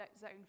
zone